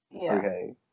Okay